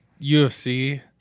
UFC